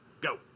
go